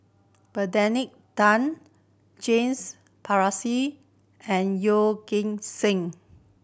Benedict Tan James Puthucheary and Yeoh Ghim Seng